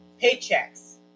paychecks